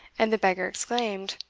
and the beggar exclaimed,